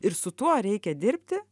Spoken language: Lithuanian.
ir su tuo reikia dirbti